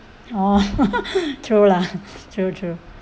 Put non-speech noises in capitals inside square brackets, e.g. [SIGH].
oh [LAUGHS] true lah true true